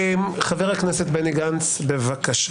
חבר הכנסת בני גנץ, בבקשה.